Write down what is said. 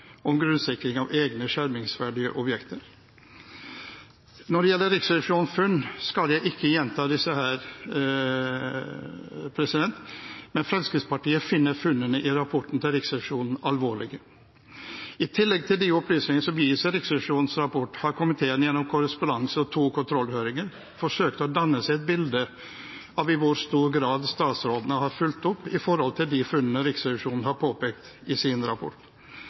om grunnsikring av egne skjermingsverdige objekter. Når det gjelder Riksrevisjonens funn, skal jeg ikke gjenta disse her. Men Fremskrittspartiet finner funnene i rapporten til Riksrevisjonen alvorlige. I tillegg til de opplysningene som gis i Riksrevisjonens rapport, har komiteen gjennom korrespondanse og to kontrollhøringer forsøkt å danne seg et bilde av i hvor stor grad statsrådene har fulgt opp når det gjelder de funnene Riksrevisjonen har påpekt i sin rapport.